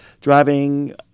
driving